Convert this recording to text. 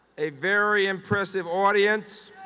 a very impressive audience.